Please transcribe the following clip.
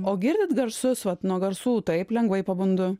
o girdit garsus vat nuo garsų taip lengvai pabundu